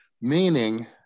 Meaning